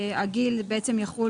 שהגיל יחול,